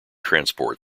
transport